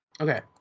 Okay